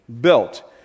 Built